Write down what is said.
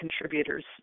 contributors